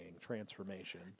transformation